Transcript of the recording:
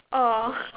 oh